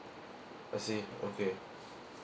I see okay